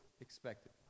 expected